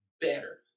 better